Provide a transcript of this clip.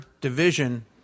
division